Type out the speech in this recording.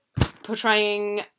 portraying